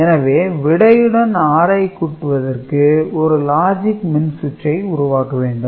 எனவே விடையுடன் 6 ஐ கூட்டுவதற்கு ஒரு லாஜிக் மின்சுற்றை உருவாக்க வேண்டும்